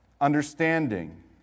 understanding